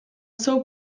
seu